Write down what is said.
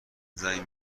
زنگ